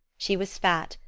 she was fat,